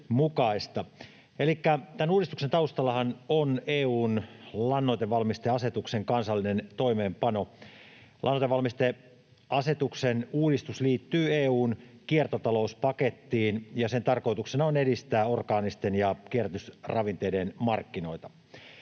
tämän uudistuksen taustallahan on EU:n lannoitevalmisteasetuksen kansallinen toimeenpano. Lannoitevalmisteasetuksen uudistus liittyy EU:n kiertotalouspakettiin, ja sen tarkoituksena on edistää orgaanisten ja kierrätysravinteiden markkinoita.